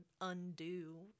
undo